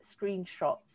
screenshots